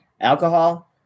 Alcohol